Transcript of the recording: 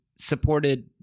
supported